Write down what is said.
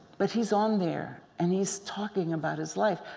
but he's on there. and he's talking about his life.